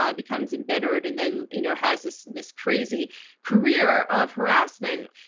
yeah becomes embittered, and then you know has this this crazy career of harassment.